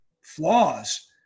flaws